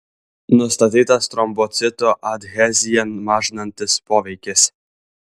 nustatytas trombocitų adheziją mažinantis poveikis